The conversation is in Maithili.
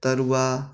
तरुआ